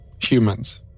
humans